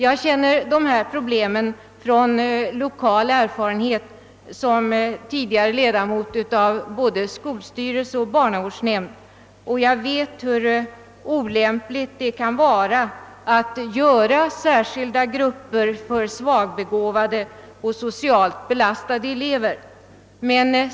Jag har kännedom om dessa problem genom erfarenheter som jag vunnit i min tidigare egenskap av ledamot i både skolstyrelse och barnavårdsnämnd. Jag vet hur olämpligt det kan vara att inrätta särskilda grupper för svagbegåvade och socialt belastade elever.